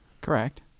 Correct